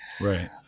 Right